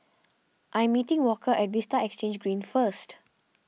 I'm meeting Walker at Vista Exhange Green first